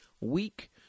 week